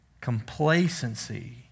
Complacency